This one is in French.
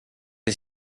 est